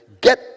get